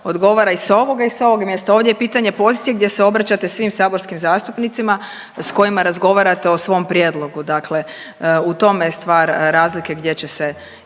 Odgovara i s ovog i ovog mjesta, ovdje je pitanje pozicije gdje se obraćate svim saborskim zastupnicima s kojima razgovarate o svom prijedlogu, dakle u tome je stvar razlike gdje će se i